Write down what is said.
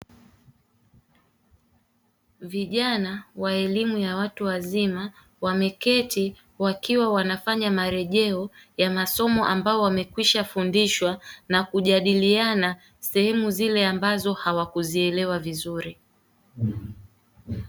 Vijana wa elimu ya watu wazima wameketi wakiwa wanafanya marejeo ya masomo ambao wamekwisha fundishwa na kujadiliana sehemu zile ambazo hawakuelewa vizuri.